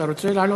אתה רוצה לעלות?